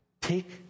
Take